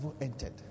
entered